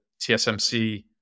TSMC